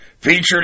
featured